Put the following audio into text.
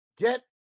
Get